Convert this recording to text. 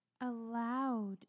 allowed